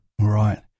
right